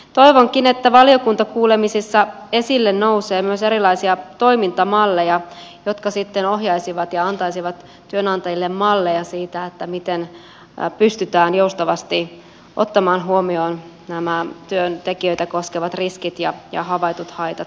toivonkin että valiokuntakuulemisessa esille nousee myös erilaisia toimintamalleja jotka sitten ohjaisivat ja antaisivat työnantajille malleja siitä miten pystytään joustavasti ottamaan huomioon nämä työntekijöitä koskevat riskit ja havaitut haitat systemaattisesti